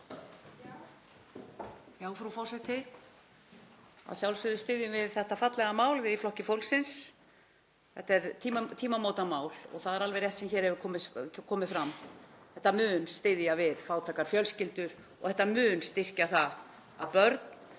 Frú forseti. Að sjálfsögðu styðjum við þetta fallega mál, við í Flokki fólksins. Þetta er tímamótamál og það er alveg rétt sem hér hefur komið fram að þetta mun styðja við fátækar fjölskyldur og þetta mun styrkja það að börn